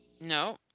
no